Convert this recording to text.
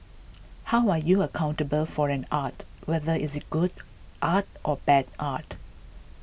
how are you accountable for an art whether is it good art or bad art